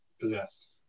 possessed